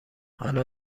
حالا